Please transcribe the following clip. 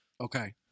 Okay